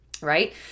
right